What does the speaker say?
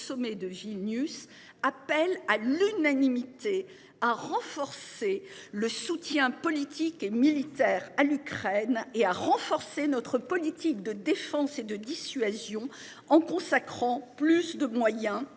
sommet de Vilnius. Appel à l'unanimité à renforcer le soutien politique et militaire à l'Ukraine et à renforcer notre politique de défense et de dissuasion en consacrant plus de moyens à l'accroissement